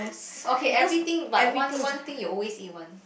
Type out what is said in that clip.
okay everything but one one thing you always eat one